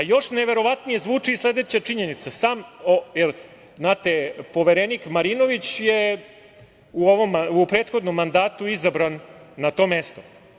Još neverovatnije zvuči sledeća činjenica, jer znate, sam poverenik Marinović je u prethodnom mandatu izabran na to mesto.